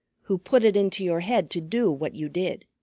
who put it into your head to do what you did.